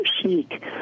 chic